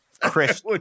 Chris